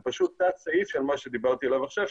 זה תת סעיף של מה שדיברתי עליו עכשיו,